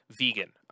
vegan